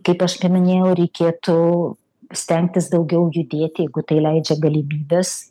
kaip aš paminėjau reikėtų stengtis daugiau judėt jeigu tai leidžia galimybės